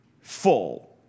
full